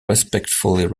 respectfully